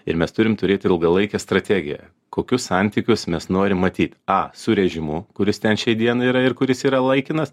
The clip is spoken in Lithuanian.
ir mes turim turėt ilgalaikę strategiją kokius santykius mes norim matyt a su režimu kuris ten šiai dienai yra ir kuris yra laikinas